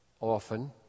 often